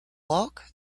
walk